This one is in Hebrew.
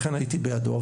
לכן הייתי בעדו,